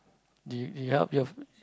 did you did you help your f~